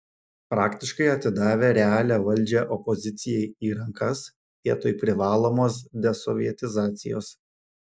praktiškai atidavę realią valdžią opozicijai į rankas vietoj privalomos desovietizacijos